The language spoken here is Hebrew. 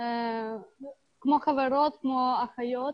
וכמו אחיות.